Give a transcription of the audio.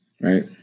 Right